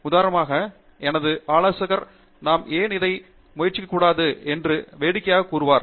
உதாரணமாக எனது ஆலோசகர் நாம் ஏன் இதை முயற்சிக்கக்கூடாது என்று வேடிக்கையாக கூறுவார்